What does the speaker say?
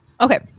Okay